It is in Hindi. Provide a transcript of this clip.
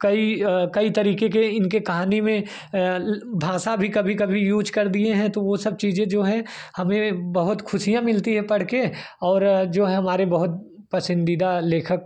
कई कई तरीके के इनके कहानी में भाषा भी कभी कभी यूज कर दिए हैं तो वह सब चीज़ें जो हैं हमें बहुत ख़ुशियाँ मिलती है पढ़कर और जो है हमारे बहुत पसंदीदा लेखक